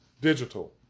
digital